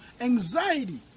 anxiety